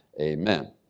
Amen